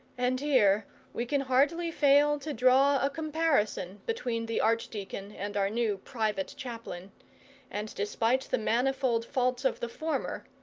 and here we can hardly fail to draw a comparison between the archdeacon and our new private chaplain and despite the manifold faults of the former,